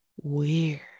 weird